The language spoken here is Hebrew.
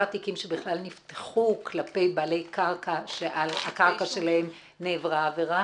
התיקים שבכלל נפתחו כלפי בעלי קרקע שעל הקרקע שלהם נעברה עבירה?